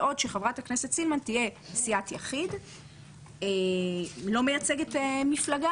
בעוד שחברת הכנסת סילמן תהיה סיעת יחיד ולא מייצגת מפלגה.